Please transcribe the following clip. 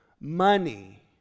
money